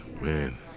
man